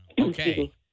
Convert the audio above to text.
Okay